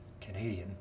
Canadian